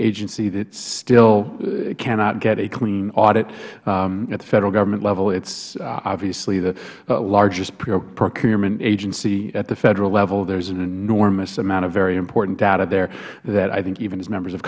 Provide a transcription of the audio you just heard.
agency that still cannot get a clean audit at the federal government level it is obviously the largest procurement agency at the federal level there is an enormous amount of very important data there that i think even as members of